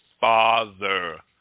father